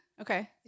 Okay